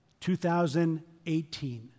2018